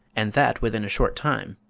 and that within a short time.